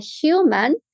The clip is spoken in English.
human